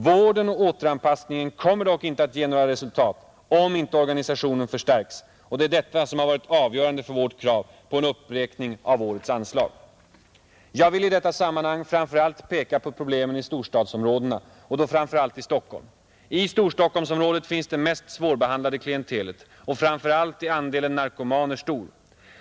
Vården och återanpassningen kommer dock inte att ge några resultat, om inte organisationen förstärks, och det är detta som har varit avgörande för vårt krav på en uppräkning av årets anslag. Jag vill i detta sammanhang peka på problemen i storstadsområdena och då framför allt i Stockholm. I Storstockholmsområdet finns det mest svårbehandlade klientelet och framför allt är andelen narkomaner stor.